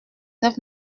neuf